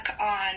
on